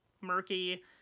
murky